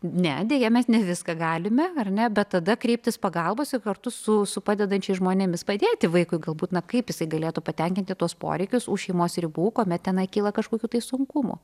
ne deja mes ne viską galime ar ne bet tada kreiptis pagalbos ir kartu su padedančiais žmonėmis padėti vaikui galbūt na kaip jisai galėtų patenkinti tuos poreikius už šeimos ribų kuomet tenai kyla kažkokių tai sunkumų